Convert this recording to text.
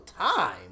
time